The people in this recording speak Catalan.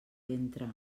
ventre